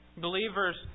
Believers